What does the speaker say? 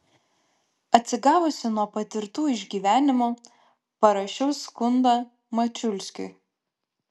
atsigavusi nuo patirtų išgyvenimų parašiau skundą mačiulskiui